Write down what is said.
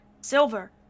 silver